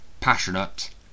Passionate